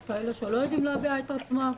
יש כאלה שלא יודעים להביע את עצמם.